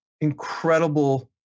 incredible